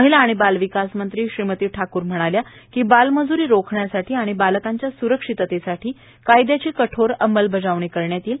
महिला आणि बालविकास मंत्री श्रीमती ठाक्र म्हणाल्या की बालमज्री रोखण्यासाठी आणि बालकांच्या स्रक्षिततेसाठी कायद्याची कठोर अंमलबजावणी करण्यात येईल